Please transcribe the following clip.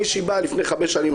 מישהי באה לפני חמש שנים,